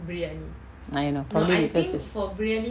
I know probably because is